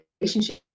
relationship